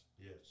Yes